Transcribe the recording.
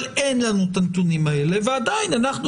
אבל תאמרו שאין לכם את הנתונים האלה אבל עדיין אתם